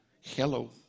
hello